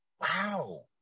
wow